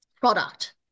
product